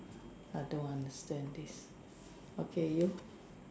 I don't understand this okay you